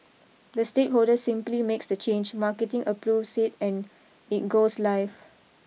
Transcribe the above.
the stakeholder simply makes the change marketing approves it and it goes live